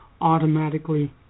automatically